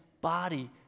body